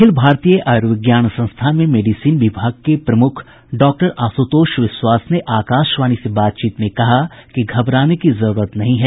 अखिल भारतीय आयूर्विज्ञान संस्थान में मेडिसिन विभाग के प्रमुख डॉक्टर आश्रतोष बिश्वास ने आकाशवाणी से बातचीत में कहा कि घबराने की जरूरत नहीं है